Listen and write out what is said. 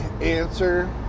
answer